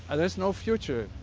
and there is no future,